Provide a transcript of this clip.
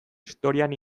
historian